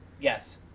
Yes